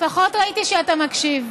לפחות ראיתי שאתה מקשיב,